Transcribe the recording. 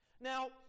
Now